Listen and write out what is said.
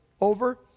over